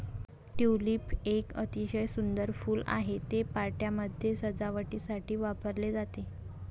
tulip एक अतिशय सुंदर फूल आहे, ते पार्ट्यांमध्ये सजावटीसाठी वापरले जाते